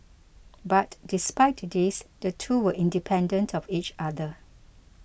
but despite this the two were independent of each other